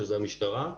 שזה המשטרה,